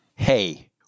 Hey